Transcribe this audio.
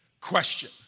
question